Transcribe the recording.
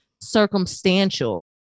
circumstantial